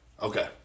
Okay